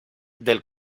del